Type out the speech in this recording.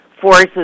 forces